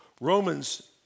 Romans